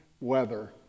weather